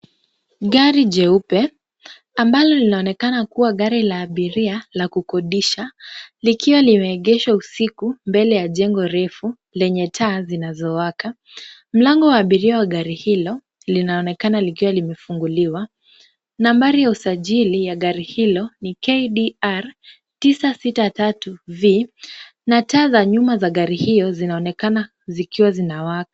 Gari jeupe ambalo linaonekana kuwa gari la abiria la kukodisha likiwa limeegeshwa usiku mbele ya jengo refu lenye taa zinazowaka. Mlango wa abiria wa gari hilo linaonekana likiwa limefunguliwa. Nambari ya usajili ya gari hilo ni KDR 963V na taa za nyuma za gari hiyo zinaonekana zikiwa zinawaka.